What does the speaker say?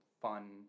fun